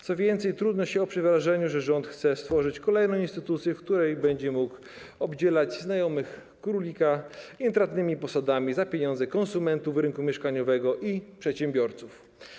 Co więcej, trudno się oprzeć wrażeniu, że rząd chce stworzyć kolejną instytucję, w której będzie mógł obdzielać znajomych królika intratnymi posadami za pieniądze konsumentów rynku mieszkaniowego i przedsiębiorców.